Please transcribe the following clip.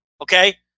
okay